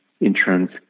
insurance